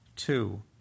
Two